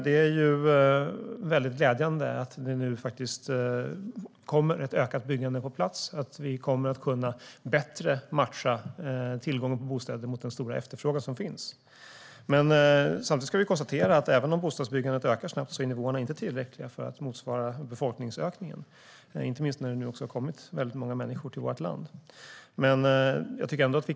Det är glädjande att det nu kommer ett ökat byggande på plats, att vi bättre kommer att kunna matcha tillgången på bostäder med den stora efterfrågan som finns. Samtidigt kan vi konstatera att även om bostadsbyggandet ökar snabbt är nivåerna inte tillräckliga för att motsvara befolkningsökningen, inte minst nu när det har kommit väldigt många människor till vårt land.